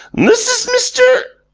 this is mr.